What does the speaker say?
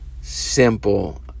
simple